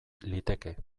liteke